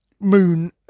Moon